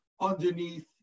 underneath